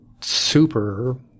super